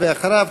ואחריו,